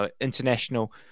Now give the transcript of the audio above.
international